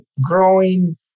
growing